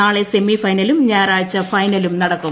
നാളെ സെമി ഫൈനലും ഞായറാഴ്ച ഫൈനലും നടക്കും